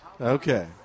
Okay